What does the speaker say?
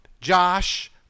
Josh